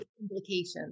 implications